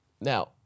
Now